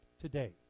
today